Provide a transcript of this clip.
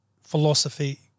philosophy